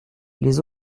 les